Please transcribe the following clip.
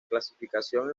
clasificación